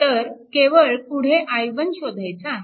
तर केवळ पुढे i1 शोधायचा आहे